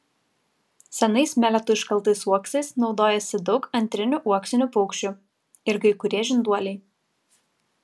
senais meletų iškaltais uoksais naudojasi daug antrinių uoksinių paukščių ir kai kurie žinduoliai